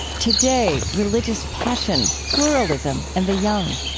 today, religious passion, pluralism, and the young.